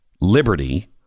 liberty